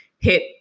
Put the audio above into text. hit